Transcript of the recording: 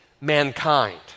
mankind